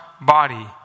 body